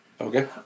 Okay